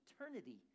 eternity